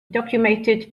documented